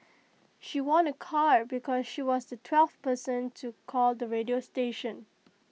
she won A car because she was the twelfth person to call the radio station